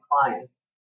clients